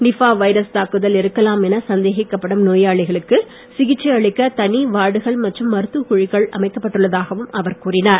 நிப்பா virus தாக்குதல் இருக்கலாம் என சந்தேகிக்கப்படும் நோயாளிகளுக்கு சிகிச்சை அளிக்க தனி வார்டுகள் மற்றும் மருத்துவக் குழுக்கள் அமைக்கப்பட்டுள்ளதாகவும் அவர் கூறினார்